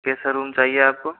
कैसा रूम चाहिए आपको